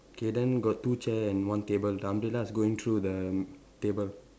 K then got two chair and one table the umbrella is going through the table